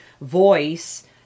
voice